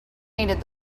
painted